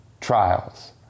trials